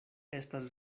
estas